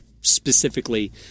specifically